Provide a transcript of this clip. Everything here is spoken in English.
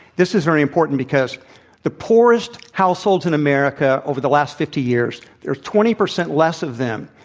this is very important, because the poorest households in america over the last fifty years, there are twenty percent less of them.